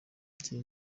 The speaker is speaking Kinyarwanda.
jay